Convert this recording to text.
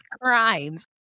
crimes